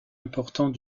importants